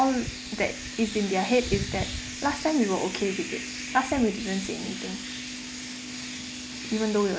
that is in their head is that last time you were okay with it last time you didn't say anything even though you're